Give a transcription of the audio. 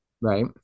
Right